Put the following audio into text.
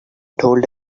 told